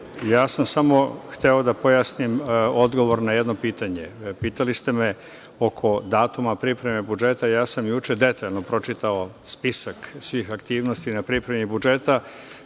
sam samo hteo da pojasnim odgovor na jedno pitanje. Pitali ste me oko datuma pripreme budžeta. Ja sam juče detaljno pročitao spisak svih aktivnosti na pripremi budžeta.